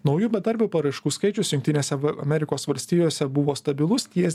naujų bedarbių paraiškų skaičius jungtinėse amerikos valstijose buvo stabilus ties